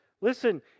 Listen